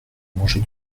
manger